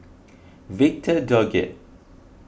Victor Doggett